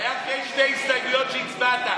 זה היה אחרי שתי הסתייגויות שהצבעת,